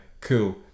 cool